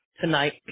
tonight